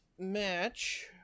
match